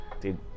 dude